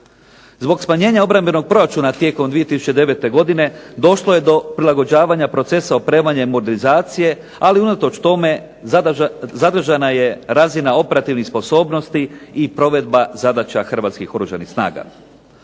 Zbog smanjenja obrambenog proračuna tijekom 2009. godine došlo je do prilagođavanja procesa opremanja i modernizacije, ali unatoč tome zadržana je razina sposobnosti i provedba zadaća Hrvatskih Oružanih snaga.